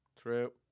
True